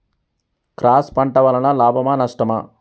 Cross పంట వలన లాభమా నష్టమా?